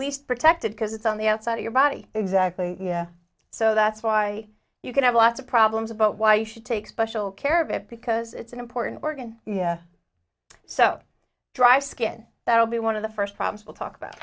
least protected because it's on the outside of your body exactly so that's why you can have lots of problems about why you should take special care of it because it's an important organ yeah so dry skin that will be one of the first problems we'll talk about